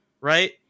right